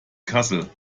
kassel